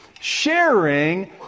sharing